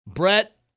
Brett